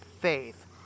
faith